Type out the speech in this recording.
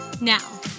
Now